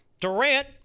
Durant